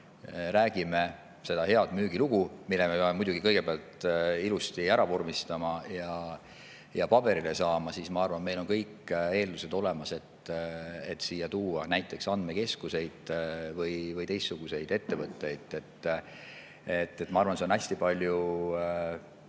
räägime seda head müügilugu – selle me peame muidugi kõigepealt ilusti ära vormistama ja paberile saama –, siis on meil minu arvates kõik eeldused olemas, et siia tuua näiteks andmekeskuseid või teistsuguseid ettevõtteid. Ma arvan, et see on hästi palju